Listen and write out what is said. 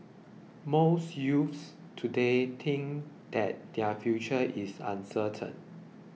most youths today think that their future is uncertain